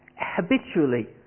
habitually